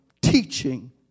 teaching